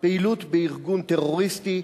פעילות בארגון טרוריסטי,